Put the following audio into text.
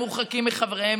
הם מורחקים מחבריהם,